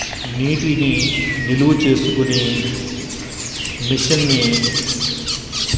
నీటిని నిల్వ చేసుకుని మిషన్ని